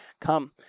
Come